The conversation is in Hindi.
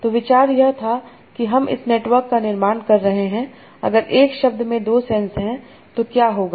तो विचार यह था कि हम इस नेटवर्क का निर्माण कर रहे हैं अगर एक शब्द में दो सेंस हैं तो क्या होगा